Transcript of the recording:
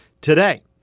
today